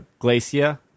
Glacia